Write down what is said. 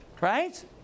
Right